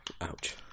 Ouch